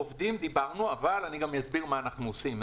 על העובדים דיברנו אבל אני גם אסביר מה אנחנו עושים.